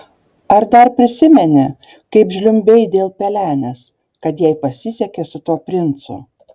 ar dar prisimeni kaip žliumbei dėl pelenės kad jai pasisekė su tuo princu